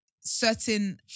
Certain